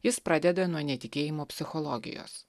jis pradeda nuo netikėjimo psichologijos